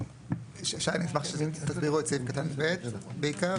שי, תסבירו את סעיף קטן (ב) בעיקר.